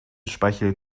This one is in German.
speichel